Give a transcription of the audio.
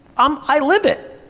um i live it.